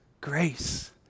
grace